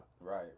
Right